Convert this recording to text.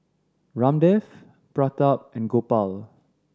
Ramdev Pratap and Gopal